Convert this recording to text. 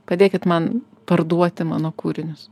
padėkit man parduoti mano kūrinius